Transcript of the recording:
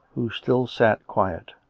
who still sat quiet.